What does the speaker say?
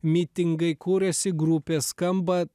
mitingai kūrėsi grupės skamba